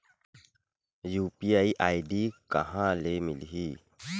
UPI ID कहां ले मिलही?